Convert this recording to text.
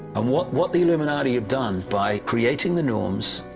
um what what the illuminati have done, by creating the norms,